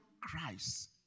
Christ